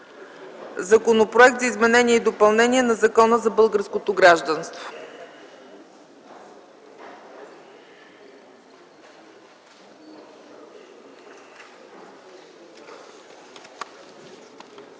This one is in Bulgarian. Законопроекта за изменение и допълнение на Закона за българското гражданство.